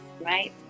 right